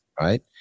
right